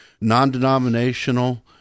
non-denominational